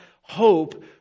hope